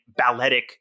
balletic